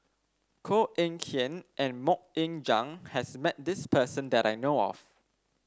Koh Eng Kian and MoK Ying Jang has met this person that I know of